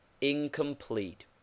incomplete